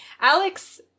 alex